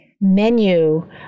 menu